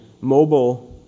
mobile